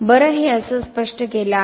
बरं हे असं स्पष्ट केलं आहे